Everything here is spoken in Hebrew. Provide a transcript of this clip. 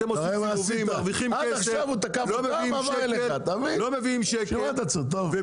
אתם מרוויחים כסף ולא מביאים שקל.